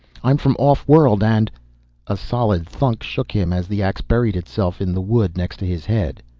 i'm from off-world and a solid thunk shook him as the ax buried itself in the wood next to his head.